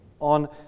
on